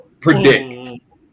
predict